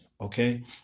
Okay